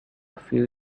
few